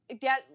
get